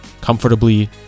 comfortably